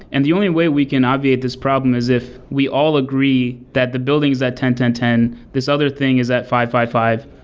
and the only way we can obviate this problem is if we all agree that the building is at ten ten ten. this other thing is that five five five.